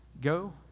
go